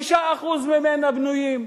5% ממנה בנויים.